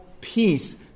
peace